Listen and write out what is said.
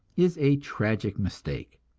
is a tragic mistake.